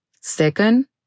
Second